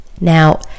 now